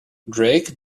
drake